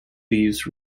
leaves